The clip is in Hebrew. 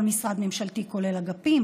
כל משרד ממשלתי כולל אגפים,